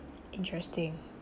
interesting